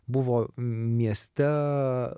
buvo mieste